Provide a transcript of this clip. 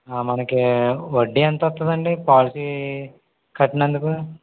మనకి వడ్డీ ఎంత వస్తుందండి పాలసీ కట్టినందుకు